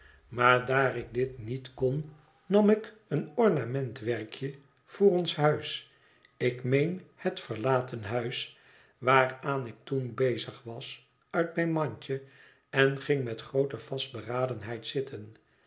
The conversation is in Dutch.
maar daar ik dit niet kon nam ik een ornamentwerkje voor ons huis ik meen het verlaten huis waaraan ik toen bezig was uit mijn mandje en ging met groote vastberadenheid zitten